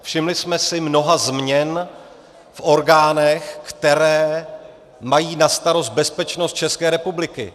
Všimli jsme si mnoha změn v orgánech, které mají na starost bezpečnost České republiky.